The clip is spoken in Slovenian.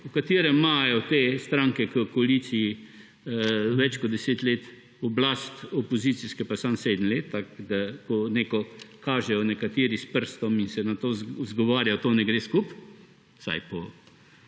v katerem imajo te stranke v koaliciji več kot 10 let oblast, opozicijske pa samo 7 let, da ko kažejo nekateri s prstom in se na to izgovarjajo, to ne gre skupaj, vsaj če